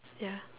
ya